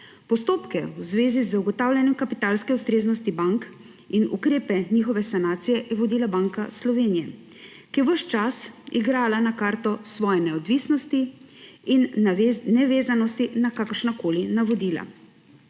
Postopke v zvezi z ugotavljanjem kapitalske ustreznosti bank in ukrepe njihove sanacije je vodila Banka Slovenije, ki je ves čas igrala na karto svoje neodvisnosti in nevezanosti na kakršnakoli navodila.